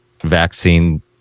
vaccine